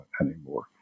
anymore